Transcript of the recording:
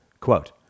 Quote